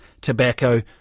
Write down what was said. tobacco